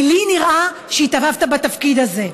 כי לי נראה שהתאהבת בתפקיד הזה,